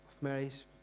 Mary's